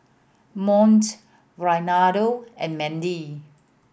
Mont Reynaldo and Mandie